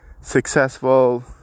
successful